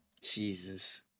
Jesus